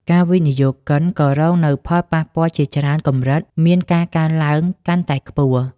ការវិនិយោគិនក៏រងនូវផលប៉ះពាល់ជាច្រើនកម្រិតមានការកើនឡើងកាន់តែខ្ពស់ ។